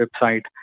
website